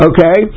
Okay